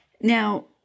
Now